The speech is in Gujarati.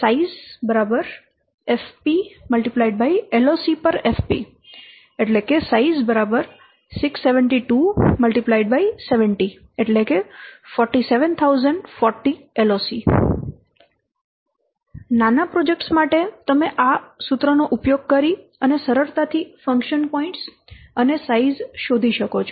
Size FP 672 70 47040 LOC નાના પ્રોજેક્ટ્સ માટે તમે આ સૂત્રનો ઉપયોગ કરીને સરળતાથી ફંક્શન પોઇન્ટ્સ અને સાઈઝ શોધી શકો છો